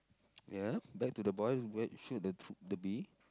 ya back to the boy who wear shoot the tr~ the bee